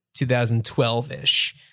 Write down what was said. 2012-ish